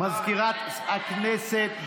מזכירת הכנסת.